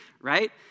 Right